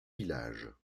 villages